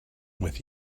with